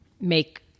make